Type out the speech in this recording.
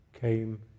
came